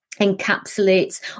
encapsulates